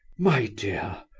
my dear,